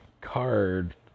card